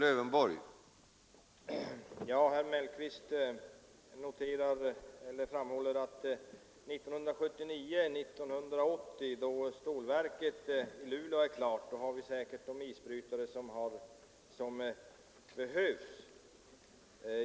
Herr talman! Herr Mellqvist framhåller att vi 1979 eller 1980, då stålverket i Luleå är klart, säkert har de isbrytare som behövs.